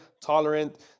tolerant